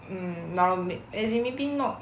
mm mal~ may~ as in maybe not